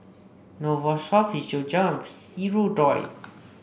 Novosource Physiogel and Hirudoid